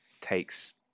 takes